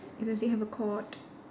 does it have a cord